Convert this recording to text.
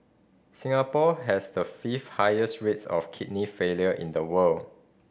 Singapore has the fifth highest rates of kidney failure in the world